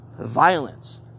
violence